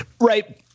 right